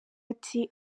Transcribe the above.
ati